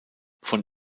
von